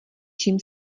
čím